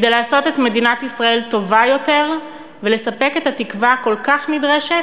כדי לעשות את מדינת ישראל טובה יותר ולספק את התקווה הכל-כך נדרשת,